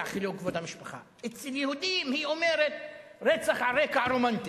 חילול כבוד המשפחה"; אצל יהודים היא אומרת "רצח על רקע רומנטי".